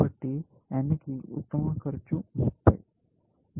కాబట్టి n కి ఉత్తమ ఖర్చు 30